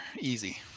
Easy